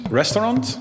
restaurant